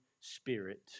spirit